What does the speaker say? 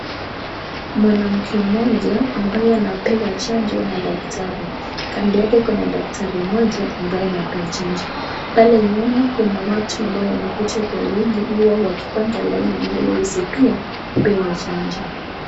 Mwanamke mmoja ambaye anapewa chanjo na daktari ,kando yake kuna daktari mmoja ambaye anampea chanjo ,pale nyuma kuna watu ambao wamekuja kwa wingi huwa wakipanga laini iliwahusu pia kupewa chanjo.